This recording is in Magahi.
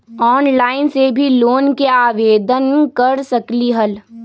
ऑनलाइन से भी लोन के आवेदन कर सकलीहल?